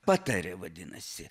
patarė vadinasi